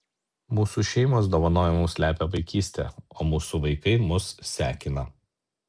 mūsų šeimos dovanojo mums lepią vaikystę o mūsų vaikai mus sekina